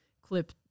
clip